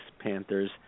Panthers